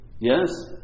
Yes